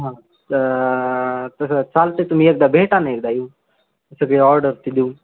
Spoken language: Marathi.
हां तर तसं चालते तुम्ही एकदा भेटा ना एकदा येऊन सगळी ऑर्डर ते देऊ